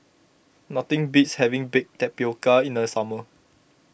nothing beats having Baked Tapioca in the summer